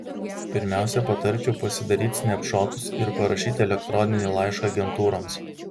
pirmiausia patarčiau pasidaryt snepšotus ir parašyt elektroninį laišką agentūroms